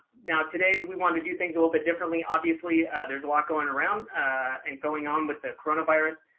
now today we want to do things a little bit differently. obviously, there's a lot going around and going on with the coronavirus.